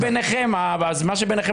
באיזון הזה,